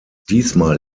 diesmal